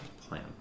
plan